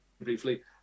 briefly